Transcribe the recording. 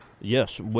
Yes